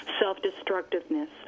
self-destructiveness